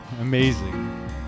Amazing